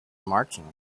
marching